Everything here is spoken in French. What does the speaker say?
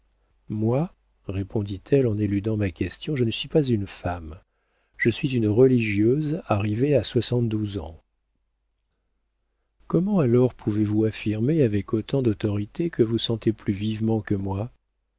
moi répondit-elle en éludant ma question je ne suis pas une femme je suis une religieuse arrivée à soixante-douze ans comment alors pouvez-vous affirmer avec autant d'autorité que vous sentez plus vivement que moi